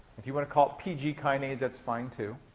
if you want to call it pg kinase, that's fine, too.